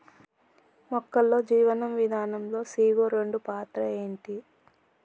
మొక్కల్లో జీవనం విధానం లో సీ.ఓ రెండు పాత్ర ఏంటి?